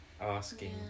asking